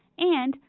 and,